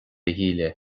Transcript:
shíle